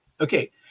Okay